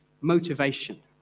motivation